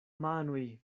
manoj